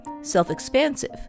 self-expansive